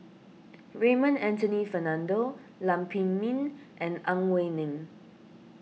Raymond Anthony Fernando Lam Pin Min and Ang Wei Neng